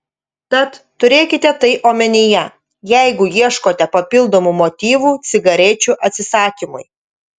tad turėkite tai omenyje jeigu ieškote papildomų motyvų cigarečių atsisakymui